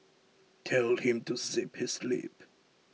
tell him to zip his lip